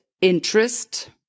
interest